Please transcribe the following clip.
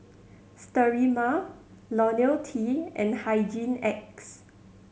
Sterimar Lonil T and Hygin X